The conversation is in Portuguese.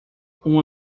uma